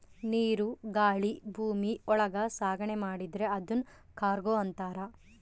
ನೀರು ಗಾಳಿ ಭೂಮಿ ಒಳಗ ಸಾಗಣೆ ಮಾಡಿದ್ರೆ ಅದುನ್ ಕಾರ್ಗೋ ಅಂತಾರ